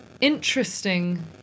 interesting